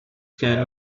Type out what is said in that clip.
can